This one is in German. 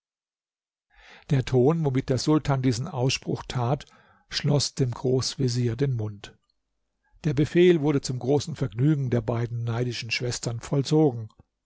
der ton womit der sultan diesen ausspruch tat schloß dem großvezier den mund der befehl wurde zum großen vergnügen der beiden neidischen schwestern vollzogen